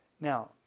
Now